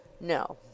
No